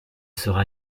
sera